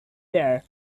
there